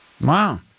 Wow